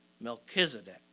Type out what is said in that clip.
Melchizedek